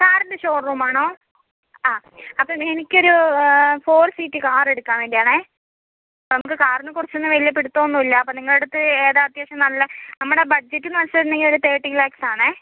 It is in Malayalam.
കാറിൻ്റെ ഷോറൂം ആണോ ആ അപ്പോൾ എനിക്കൊരു ഫോർ സീറ്റ് കാർ എടുക്കാൻ വേണ്ടിയാണ് നമുക്ക് കാറിനെക്കുറിച്ചൊന്നും വലിയ പിടിത്തമൊന്നുമില്ല അപ്പോൾ നിങ്ങളെ അടുത്ത് ഏതാണ് അത്യാവശ്യം നല്ല നമ്മുടെ ബഡ്ജെറ്റ് വച്ചിട്ടുണ്ടെങ്കിൽ ഒരു തെർട്ടീ ലാക്സ് ആണെങ്കിൽ